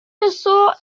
dinosaur